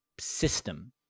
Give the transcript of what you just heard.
system